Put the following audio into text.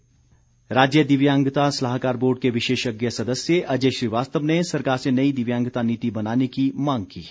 पत्र राज्य दिव्यांगता सलाहकार बोर्ड के विशेषज्ञ सदस्य अजय श्रीवास्तव ने सरकार से नई दिव्यांगता नीति बनाने की मांग की है